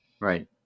right